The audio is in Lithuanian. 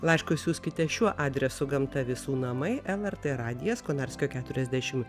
laiškus siųskite šiuo adresu gamta visų namai lrt radijas konarskio keturiasdešim